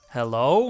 Hello